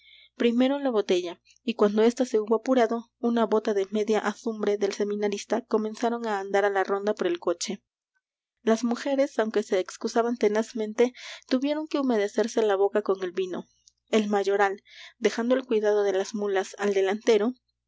primero la botella y cuando ésta se hubo apurado una bota de media azumbre del seminarista comenzaron á andar á la ronda por el coche las mujeres aunque se excusaban tenazmente tuvieron que humedecerse la boca con el vino el mayoral dejando el cuidado de las mulas al delantero